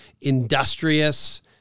industrious